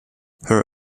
her